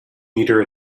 meter